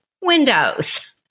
Windows